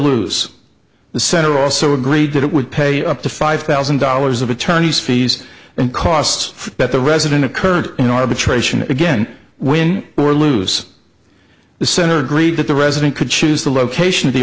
lose the center also agreed that it would pay up to five thousand dollars of attorney's fees and costs that the resident occurred in arbitration again win or lose the center agreed that the resident could choose the location of the